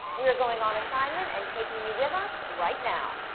we're going on assignment, and taking you with us. right now.